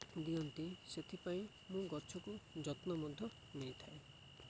ଦିଅନ୍ତି ସେଥିପାଇଁ ମୁଁ ଗଛକୁ ଯତ୍ନ ମଧ୍ୟ ମିଳିଥାଏ